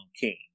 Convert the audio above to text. king